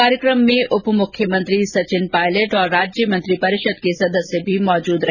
कार्यक्रम में उप मुख्यमंत्री सचिन पायलट तथा राज्य मंत्रिपरिषद के सदस्य भी मौजूद रहे